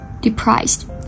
depressed